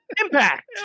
impact